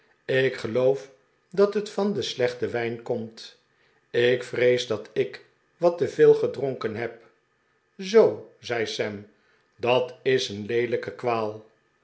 ik geloof dat het van den slechten wijn komt ik vrees dat ik wat te veel gedronken heb zoo zei sam dat is een leelijke kwaal